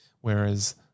whereas